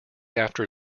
after